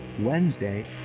Wednesday